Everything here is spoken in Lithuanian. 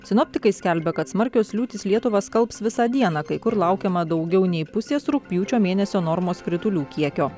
sinoptikai skelbia kad smarkios liūtys lietuvą skalbs visą dieną kai kur laukiama daugiau nei pusės rugpjūčio mėnesio normos kritulių kiekio